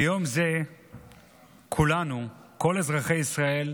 ביום זה כולנו, כל אזרחי ישראל,